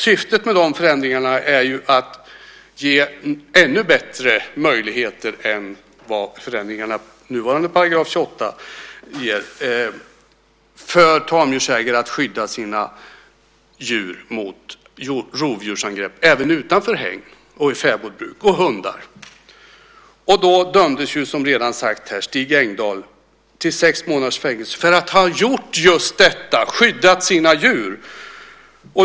Syftet med dessa förändringar är ju att ge bättre möjligheter än vad förändringarna i nuvarande § 28 ger för tamdjursägare att skydda sina djur mot rovdjursangrepp även utanför hägn, vid fäbodsbruk, och att skydda sina hundar. Som redan sagts här dömdes ju Stig Engdahl till sex månaders fängelse för att han gjort just detta, skyddat sina djur.